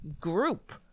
group